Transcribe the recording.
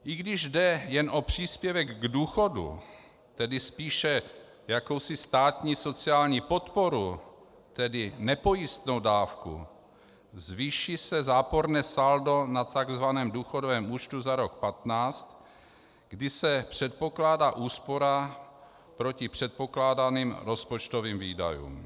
I když jde jen o příspěvek k důchodu, tedy spíše o jakousi státní sociální podporu, tedy nepojistnou dávku, zvýší se záporné saldo na takzvaném důchodovém účtu za rok 2015, kdy se předpokládá úspora proti předpokládaným rozpočtovým výdajům.